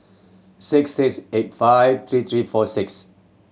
six six eight five three three four six